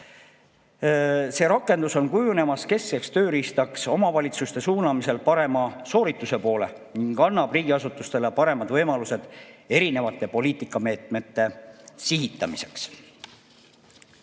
See rakendus on kujunemas keskseks tööriistaks omavalitsuste suunamisel parema soorituse poole ning annab riigiasutustele paremad võimalused erinevate poliitikameetmete sihitamiseks.